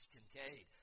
Kincaid